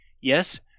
Yes